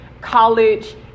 college